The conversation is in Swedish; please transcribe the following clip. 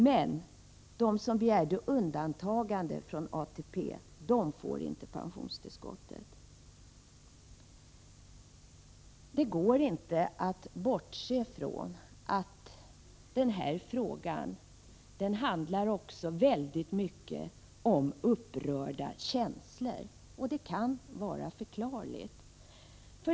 Men de som begärde undantagande från ATP får inte pensionstillskottet. Det går inte att bortse från att den här frågan också väldigt mycket handlar om upprörda känslor, och det kan vara förklarligt.